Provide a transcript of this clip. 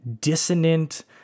dissonant